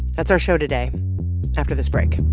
that's our show today after this break